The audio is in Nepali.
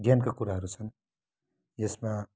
ज्ञानका कुराहरू छन् यसमा